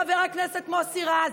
חבר הכנסת מוסי רז,